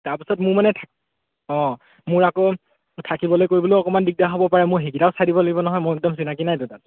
তাৰপাছত মোৰ মানে থা অঁ মোৰ আকৌ থাকিবলৈ কৰিবলৈও অকণমান দিগদাৰ হ'ব পাৰে মোৰ সেইকেইটাও চাই দিব লাগিব নহয় মোৰ একদম চিনাকী নাইতো তাত